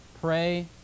pray